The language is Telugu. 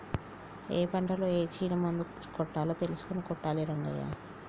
ఏ పంటలో ఏ చీడ మందు కొట్టాలో తెలుసుకొని కొట్టాలి రంగయ్య